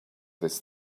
this